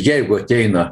jeigu ateina